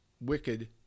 wicked